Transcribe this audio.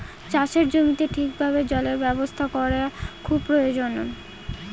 চাষের জমিতে ঠিক ভাবে জলের ব্যবস্থা করা খুব প্রয়োজন